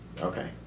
Okay